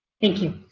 thank you.